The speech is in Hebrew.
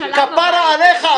כפרה עליך,